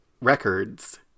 records